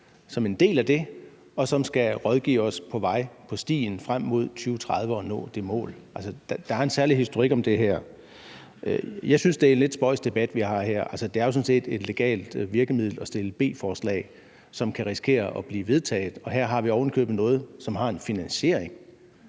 et Klimaråd, som skal rådgive os på vej frem mod at nå målet i 2030. Der er en særlig historik i det her. Jeg synes, det er en lidt spøjs debat, vi har her. Det er jo sådan set et legalt virkemiddel at fremsætte beslutningsforslag, som kan risikere at blive vedtaget, og her har vi ovenikøbet noget, som har en finansiering.